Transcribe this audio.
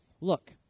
look